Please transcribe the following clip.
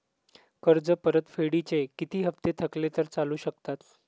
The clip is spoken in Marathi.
कर्ज परतफेडीचे किती हप्ते थकले तर चालू शकतात?